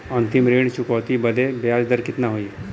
अंतिम ऋण चुकौती बदे ब्याज दर कितना होई?